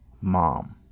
mom